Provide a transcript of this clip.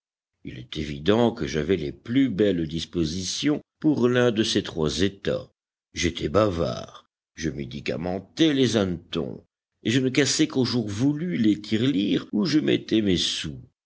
il est évident que j'avais les plus belles dispositions pour l'un de ces trois états j'étais bavard je médicamentais les hannetons et je ne cassais qu'au jour voulu les tirelires où je mettais mes sous